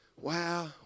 Wow